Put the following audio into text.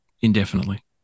indefinitely